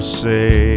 say